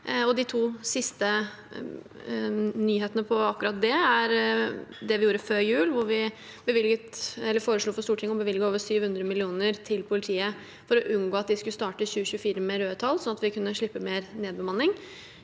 De to siste nyhetene om akkurat det er det vi gjorde før jul, hvor vi foreslo for Stortinget å bevilge over 700 mill. kr til politiet for å unngå at vi skulle starte 2024 med røde tall, sånn at vi kunne slippe mer nedbemanning.